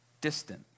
distant